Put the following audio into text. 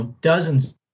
dozens